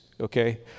okay